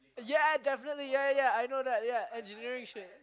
ya definitely ya ya ya I know that ya engineering shit